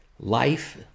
Life